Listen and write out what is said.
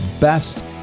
best